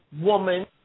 woman